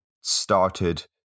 started